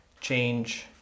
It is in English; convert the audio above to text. change